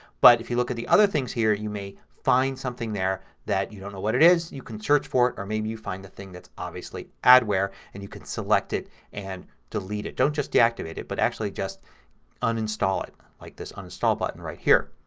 but if you look at the other things here you may find something there that you don't know what it is. you can search for it or maybe you find the thing that's obviously adware and you can select it and delete it. don't just deactivate it. but actually just uninstall it with like this uninstall button right here.